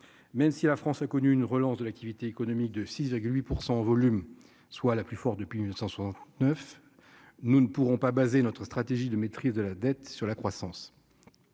même si la France a connu une relance de l'activité économique de 6 à 8 % en volume, soit la plus forte depuis 1969 nous ne pourrons pas baser notre stratégie de maîtrise de la dette sur la croissance